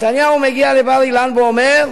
נתניהו מגיע לבר-אילן ואומר: